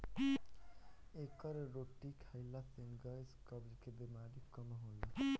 एकर रोटी खाईला से गैस, कब्ज के बेमारी कम होला